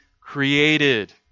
created